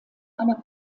einer